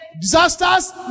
disasters